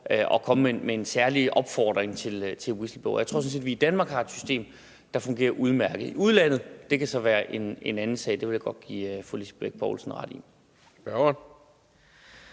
at komme med en særlig opfordring til whistleblowere. Jeg tror sådan set, at vi i Danmark har et system, der fungerer udmærket. I udlandet kan det så være en anden sag, det vil jeg godt give fru Lisbeth Bech Poulsen ret i.